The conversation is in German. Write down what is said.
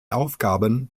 aufgaben